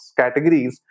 categories